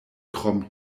krom